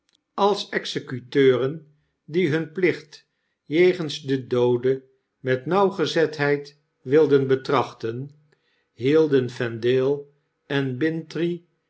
als executeuren die hun plicht jegens den doode met nauwgezetheid wilden betrachten hielden vendale en